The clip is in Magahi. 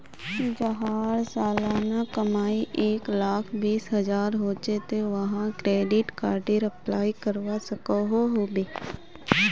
जहार सालाना कमाई एक लाख बीस हजार होचे ते वाहें क्रेडिट कार्डेर अप्लाई करवा सकोहो होबे?